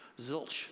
Zilch